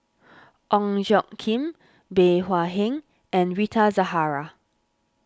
Ong Tjoe Kim Bey Hua Heng and Rita Zahara